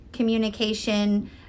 communication